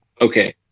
okay